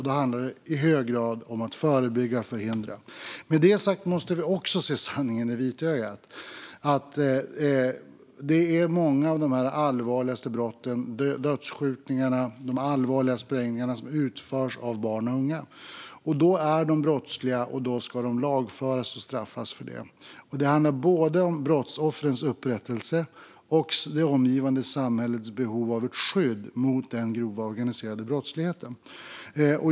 Det handlar i hög grad om att förebygga och förhindra. Med detta sagt måste vi också se sanningen i vitögat. Det är många av de allvarligaste brotten - dödsskjutningarna och de allvarliga sprängningarna - som utförs av barn och unga. Då är de brottsliga, och då ska de lagföras och straffas för det. Det handlar både om brottsoffrens upprättelse och om det omgivande samhällets behov av ett skydd mot den grova organiserade brottsligheten.